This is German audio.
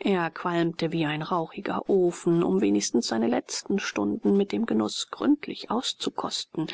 er qualmte wie ein rauchiger ofen um wenigstens seine letzten stunden mit dem genuß gründlich auszukosten